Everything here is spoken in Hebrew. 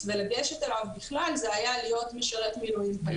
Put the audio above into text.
ולגשת אליו בכלל זה היה להיות משרת מילואים פעיל.